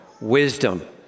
wisdom